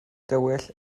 dywyll